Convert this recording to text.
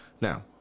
now